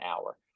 hour